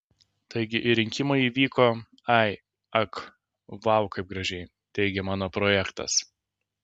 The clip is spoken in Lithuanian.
taigi ir rinkimai įvyko ai ak vau kaip gražiai teigia mano projektas